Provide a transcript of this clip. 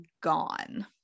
gone